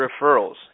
referrals